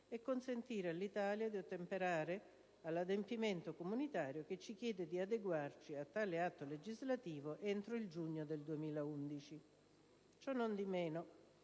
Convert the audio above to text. e consentire all'Italia di ottemperare all'adempimento comunitario che ci chiede di adeguarci a tale atto legislativo entro giugno 2011. Cionondimeno,